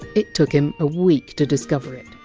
it took him a week to discover it.